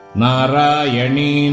Narayani